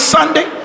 Sunday